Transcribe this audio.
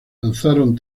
lanzaron